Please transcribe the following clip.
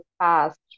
past